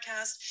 podcast